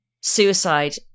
suicide